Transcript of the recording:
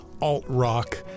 alt-rock